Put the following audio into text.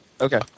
Okay